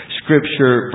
scripture